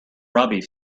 robbie